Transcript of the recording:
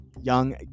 young